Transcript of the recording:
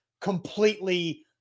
completely –